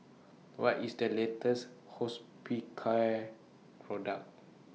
What IS The latest Hospicare Product